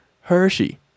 Hershey